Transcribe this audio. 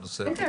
כן.